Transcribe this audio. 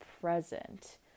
present